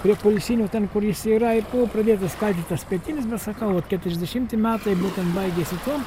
prie poilsinių ten kur jis yra ir buvo pradėtas kalti tas pietinis sakau vot keturiasdešimti metai būtent baigėsi tuom